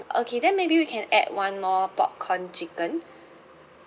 okay then maybe we can add one more popcorn chicken